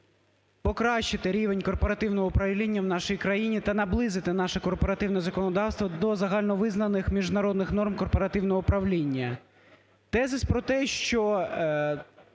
покращити рівень корпоративного управління в нашій країні та наблизити наше корпоративне законодавство до загальновизнаних міжнародних норм корпоративного правління. Тезис про те, що